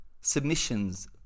submissions